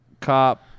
cop